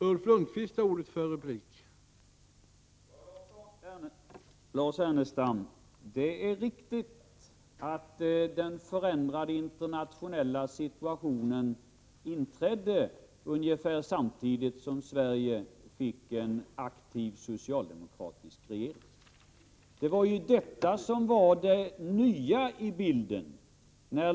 Herr talman! Det är riktigt, Lars Ernestam, att den förändrade internationella situationen inträdde ungefär samtidigt som Sverige fick en aktiv, socialdemokratisk regering. Det var ju detta som var det nya i bilden.